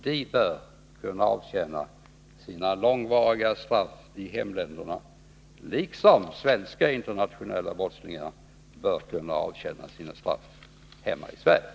De bör kunna avtjäna sina långvariga straff i hemländerna, liksom svenska internationella brottslingar bör kunna avtjäna sina straff hemma i Sverige.